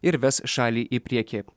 ir ves šalį į priekį